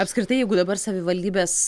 apskritai jeigu dabar savivaldybės